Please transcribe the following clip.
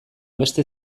beste